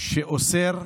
שאוסר